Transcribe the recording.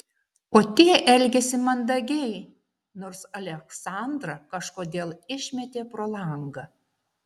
o tie elgėsi mandagiai nors aleksandrą kažkodėl išmetė pro langą